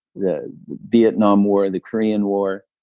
the vietnam war, the korean war.